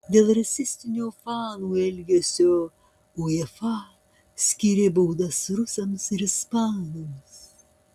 dėl rasistinio fanų elgesio uefa skyrė baudas rusams ir ispanams